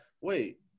wait